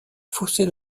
fossé